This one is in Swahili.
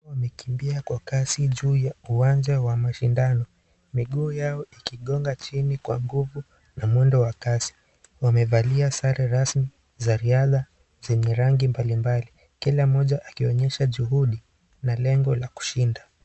Wanekimbia kwa kazi juu ya uwanja wa mashindano miguu yao ikigonga chini kwa nguvu na mwendo wa kasi. Wamevalia sare rasmi za riadha zenye rangi mbalimbali kila mmoja akionyesha juhudi na lengo la kushinda.